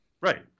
Right